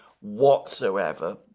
whatsoever